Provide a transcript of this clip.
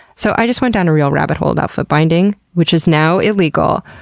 so i just went down a real rabbit hole about foot binding, which is now illegal.